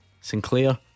Sinclair